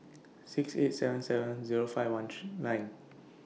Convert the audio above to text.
six eight seven seven Zero five one nine